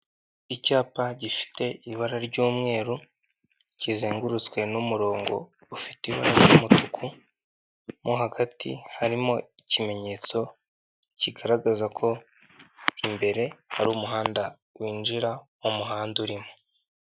Icyapa gifite ibara ry'umweru kizengurutswe n'umurongo ufite iba ry'umutuku, mo hagati harimo ikimenyetso kigaragaza ko imbere hari umuhanda winjira mu muhanda urimo.